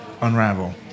unravel